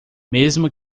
mesmo